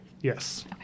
Yes